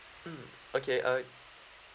mm okay I